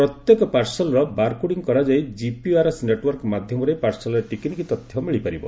ପ୍ରତ୍ୟେକ ପାର୍ସଲର ବାରକୋଡିଂ କରାଯାଇ ଜିପିଆରଏସ ନେଟୱାର୍କ ମାଧ୍ୟମରେ ପାର୍ସଲର ଟିକିନିଖି ତଥ୍ୟ ମିଳିପାରିବ